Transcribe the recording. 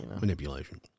Manipulation